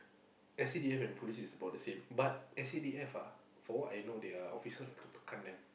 S_C_D_F is police is about the same but S_C_D_F ah from what I know their officer like to tekan them